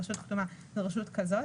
רשות כתומה ורשות כזאת,